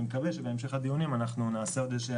אני מקווה שבהמשך הדיונים אנחנו נעשה עוד איזה שהן